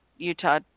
Utah